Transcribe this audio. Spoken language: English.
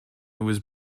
was